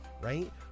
right